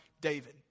David